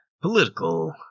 political